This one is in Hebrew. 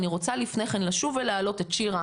אני רוצה לפני כן לשוב ולהעלות את שירה